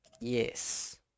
Yes